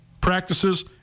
practices